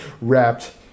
wrapped